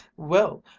well,